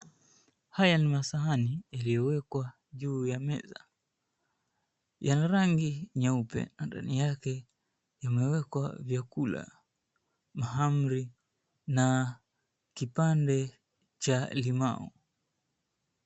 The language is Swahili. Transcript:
Haya ni masahani yaliyowekwa juu ya meza yana rangi nyeupe na ndani yake imewekwa vyakula mahamri na kipande cha limau.